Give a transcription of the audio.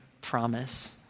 promise